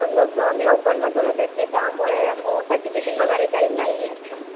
no स मी ओपनमधूनच येते त्यामुळे सर्टिफिकेट वगैरे काही नाही आहेत मला